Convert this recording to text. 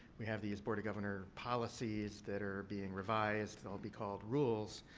we have these board of governors policies that are being revised. they'll be called rules.